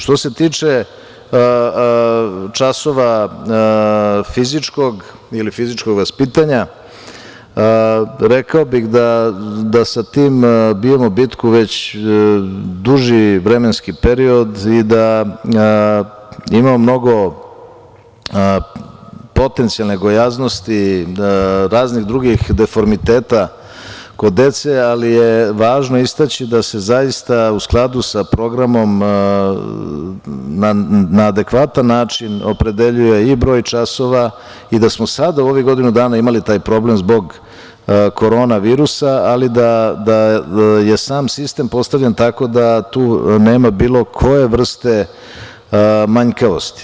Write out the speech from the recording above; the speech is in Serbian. Što se tiče časova fizičkog ili fizičkog vaspitanja, rekao bih da sa tim bijemo bitku već duži vremenski period i da imamo mnogo potencijalne gojaznosti, raznih drugih deformiteta kod dece, ali je važno istaći da se zaista u skladu sa programom, na adekvatan način opredeljuje i broj časova i da smo sada u ovih godinu dana imali taj problem zbog korona virusa, ali da je sam sistem postavljen tako da tu nema bilo koje vrste manjkavosti.